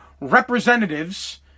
representatives